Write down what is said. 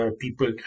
people